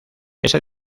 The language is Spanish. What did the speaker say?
esa